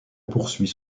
poursuit